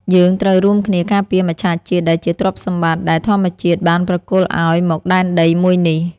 យើងត្រូវរួមគ្នាការពារមច្ឆជាតិដែលជាទ្រព្យសម្បត្តិដែលធម្មជាតិបានប្រគល់ឱ្យមកដែនដីមួយនេះ។